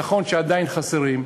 נכון שעדיין חסרים,